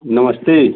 नमस्ते